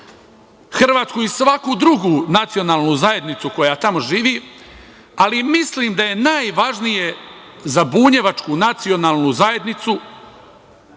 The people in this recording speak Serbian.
Hrvatsku i svaku drugu nacionalnu zajednicu koja tamo živi, ali mislim da je najvažnije za bunjevačku nacionalnu zajednicu